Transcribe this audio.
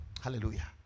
Hallelujah